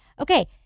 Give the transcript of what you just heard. Okay